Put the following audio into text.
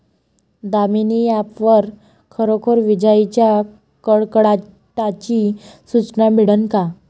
Damini app वर खरोखर विजाइच्या कडकडाटाची सूचना मिळन का?